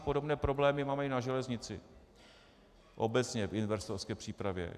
Podobné problémy máme i na železnici obecně v investorské přípravě.